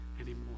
anymore